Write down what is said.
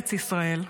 בארץ ישראל,